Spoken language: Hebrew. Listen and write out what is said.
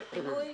של פינוי